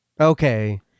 Okay